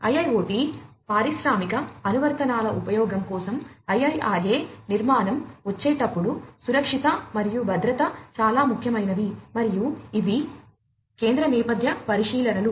IIoT పారిశ్రామిక అనువర్తనాల ఉపయోగం కోసం IIRA నిర్మాణం వచ్చేటప్పుడు సురక్షిత మరియు భద్రత చాలా ముఖ్యమైనవి మరియు ఇవి కేంద్ర నేపథ్య పరిశీలనలు